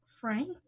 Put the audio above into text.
Frank